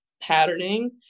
patterning